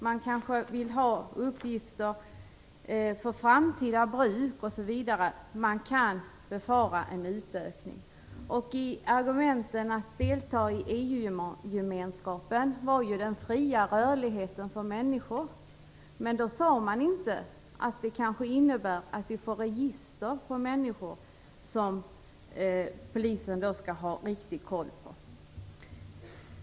Man kanske vill ha uppgifter för framtida bruk osv. En utökning kan befaras. Ett av argumenten för att delta i EU-gemenskapen var ju den fria rörligheten för människor. Men det sades inte att det kanske innebär att vi får register på människor som polisen skall har riktig koll på.